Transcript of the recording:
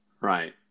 Right